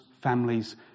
families